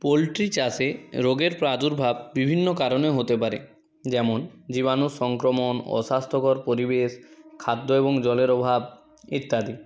poultry চাষে রোগের প্রাদুর্ভাব বিভিন্ন কারণে হতে পারে যেমন জীবাণু সংক্রমণ অস্বাস্থ্যকর পরিবেশ খাদ্য এবং জলের অভাব ইত্যাদি